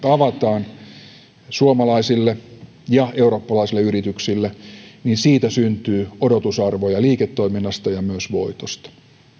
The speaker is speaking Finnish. markkinat avataan suomalaisille ja eurooppalaisille yrityksille niin siitä syntyy odotusarvoja liiketoiminnasta ja myös voitosta